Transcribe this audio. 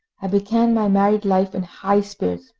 i began my married life in high spirits,